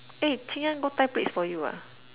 eh Chin-Yuan go tie plaits for you ah